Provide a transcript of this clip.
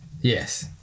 Yes